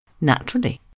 Naturally